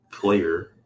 Player